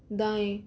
दाएं